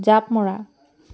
জাঁপ মৰা